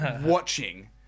watching